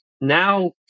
now